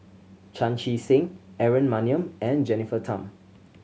Chan Chee Seng Aaron Maniam and Jennifer Tham